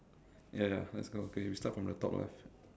ya ya let's go okay we start from the top lah